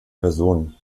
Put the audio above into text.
personen